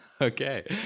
Okay